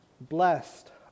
blessed